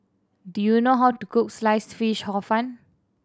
do you know how to cook Sliced Fish Hor Fun